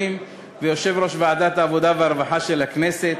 ויושב-ראש ועדת העבודה והרווחה של הכנסת.